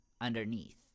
underneath